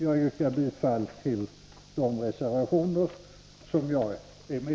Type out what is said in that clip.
Jag yrkar bifall till de reservationer där mitt namn finns med.